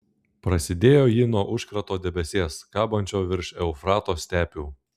prasidėjo ji nuo užkrato debesies kabančio virš eufrato stepių